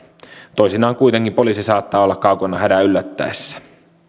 toisinaan kuitenkin poliisi saattaa olla kaukana hädän yllättäessä